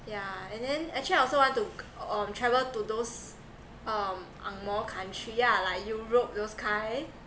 yeah and then actually I also want to travel to those um ang moh country yeah like europe those kind